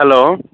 hello